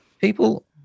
people